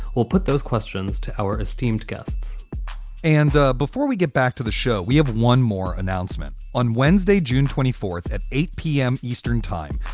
we'll put those questions to our esteemed guests and before we get back to the show, we have one more announcement on wednesday, june twenty fourth, at eight zero p m. eastern time,